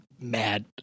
Mad